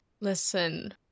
Listen